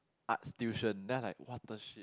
arts tuition then I was like !what the shit!